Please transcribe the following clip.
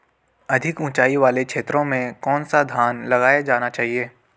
अधिक उँचाई वाले क्षेत्रों में कौन सा धान लगाया जाना चाहिए?